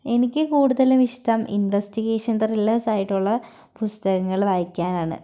എനിക്ക് കൂടുതലും ഇഷ്ടം ഇൻവെസ്റ്റിഗേഷൻ ത്രില്ലേഴ്സ് ആയിട്ടുള്ള പുസ്തകങ്ങൾ വായിക്കാനാണ്